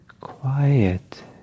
quiet